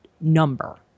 number